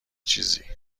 چیزی